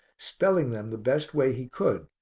spelling them the best way he could,